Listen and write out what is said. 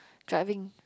driving